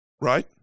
right